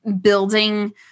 building